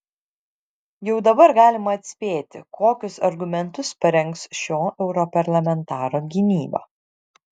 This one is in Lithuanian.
jau dabar galima atspėti kokius argumentus parengs šio europarlamentaro gynyba